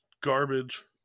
garbage